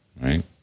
right